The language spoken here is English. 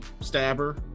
stabber